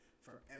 forever